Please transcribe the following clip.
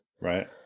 Right